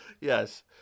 Yes